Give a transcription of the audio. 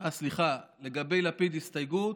סליחה, לגבי לפיד הסתייגות,